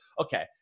Okay